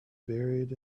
buried